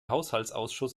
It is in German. haushaltsausschuss